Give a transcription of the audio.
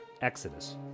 Exodus